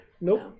Nope